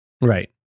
Right